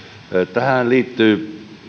tähän liittyen